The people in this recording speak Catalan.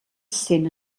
cent